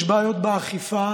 יש בעיות באכיפה,